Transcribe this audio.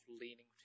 leaning